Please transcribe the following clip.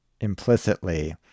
implicitly